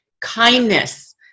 kindness